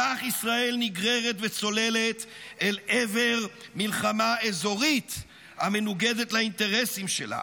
כך ישראל נגררת וצוללת אל עבר מלחמה אזורית המנוגדת לאינטרסים שלה,